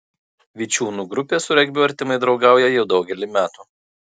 vičiūnų grupė su regbiu artimai draugauja jau daugelį metų